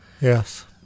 Yes